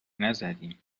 نزدیم